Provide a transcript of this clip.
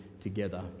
together